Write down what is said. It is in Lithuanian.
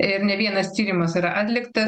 ir ne vienas tyrimas yra atliktas